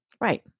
Right